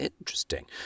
Interesting